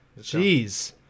Jeez